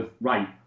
right